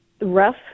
rough